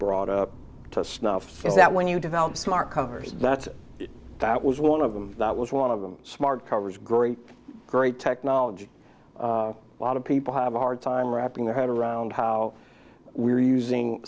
brought up to snuff so that when you develop smart covers that that was one of them that was one of them smart covers great great technology a lot of people have a hard time wrapping their head around how we're using